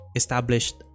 established